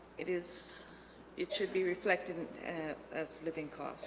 it is it should be reflected as living cost